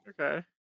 Okay